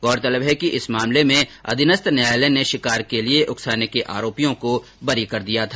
गौरतलब है कि इस मामले में अधीनस्थ न्यायालय ने शिकार के लिए उकसाने के आरोपियों को बरी कर दिया था